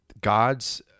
God's